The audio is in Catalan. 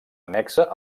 annexa